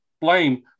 blame